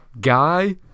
Guy